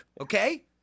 okay